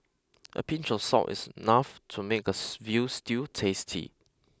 a pinch of salt is enough to make a veal stew tasty